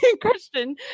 Christian